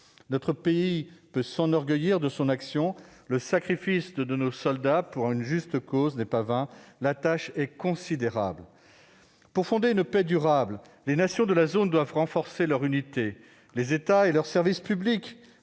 Notre pays peut s'enorgueillir de son action. Le sacrifice de nos soldats pour une juste cause n'est pas vain. La tâche est considérable. Pour fonder une paix durable, les nations de la zone doivent renforcer leur unité. Les États et leurs services publics